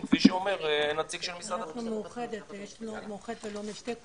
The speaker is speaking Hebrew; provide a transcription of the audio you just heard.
כי אני למשל מקבל מידע שהבדיקה הזאת לא צריכה לעלות יותר מ-20 שקל,